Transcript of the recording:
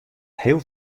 heel